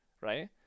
right